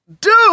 Dude